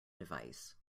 device